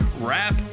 rap